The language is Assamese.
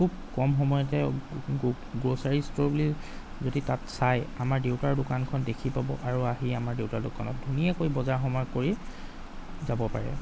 খুব কম সময়তে গ্ৰ'চাৰী ষ্ট'ৰ বুলি যদি তাত চায় আমাৰ দেউতাৰ দোকানখন দেখি পাব আৰু আহি আমাৰ দেউতাৰ দোকানত ধুনীয়াকৈ বজাৰ সমাৰ কৰি যাব পাৰে